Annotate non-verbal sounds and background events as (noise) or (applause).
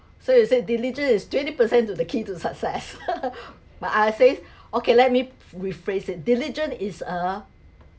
so you say diligent is twenty percent to the key to success (laughs) but I say okay let me rephrase it diligent is a